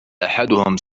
أحدهم